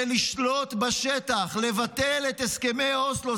ולשלוט בשטח, לבטל את הסכמי אוסלו.